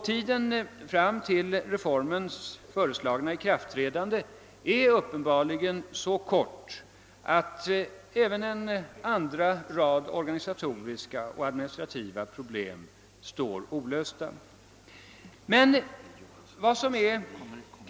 Tiden fram till reformens föreslagna ikraftträdande är uppenbarligen så kort att även en rad andra organisatoriska och administrativa problem kommer att vara olösta.